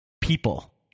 people